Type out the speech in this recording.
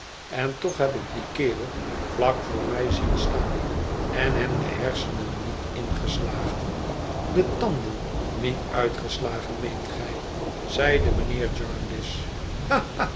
en toch heb ik dien kerel vlak voor mij zien staan en hem de hersenen niet ingeslagen de tanden niet uitgeslagen meent gij zeide mijnheer